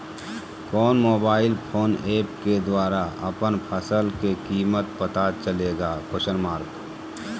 कौन mobile phone app के द्वारा अपन फसल के कीमत पता चलेगा?